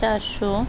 চারশো